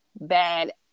bad